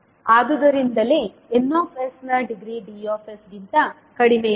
ಆದುದರಿಂದಲೇ Nನ degree D ಗಿಂತ ಕಡಿಮೆಯಿರಬೇಕು